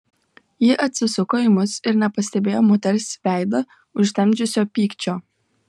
ji atsisuko į mus ir nepastebėjo moters veidą užtemdžiusio pykčio